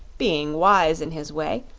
being wise in his way,